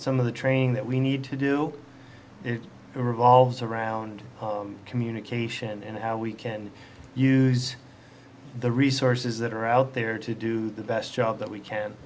some of the training that we need to do it revolves around communication and how we can use the resources that are out there to do the best job that we can